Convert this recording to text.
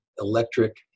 electric